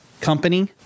company